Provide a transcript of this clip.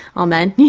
amen.